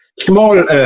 small